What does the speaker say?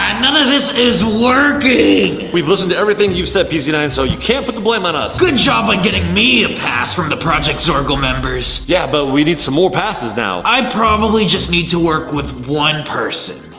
none of this is working! we've listened to everything you've said, p z nine so you can't put the blame on us. good job on getting me a pass from the project zorgo members. yeah, but we need some more passes now. i probably just need to work with one person.